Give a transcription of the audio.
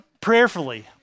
prayerfully